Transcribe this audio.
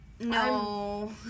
no